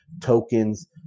tokens